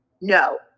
no